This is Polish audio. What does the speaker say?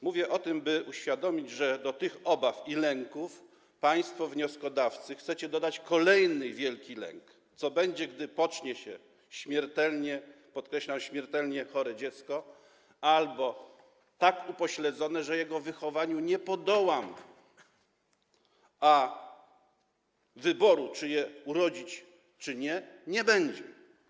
Mówię o tym, by uświadomić, że do tych obaw i lęków państwo wnioskodawcy chcecie dodać kolejny wielki lęk, co będzie, gdy pocznie się śmiertelnie, podkreślam: śmiertelnie chore dziecko albo tak upośledzone, że jego wychowaniu nie podołam, a wyboru, czy je urodzić, czy nie, nie będzie.